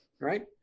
right